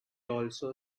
also